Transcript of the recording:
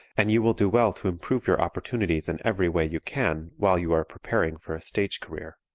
and you will do well to improve your opportunities in every way you can while you are preparing for a stage career.